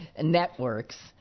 networks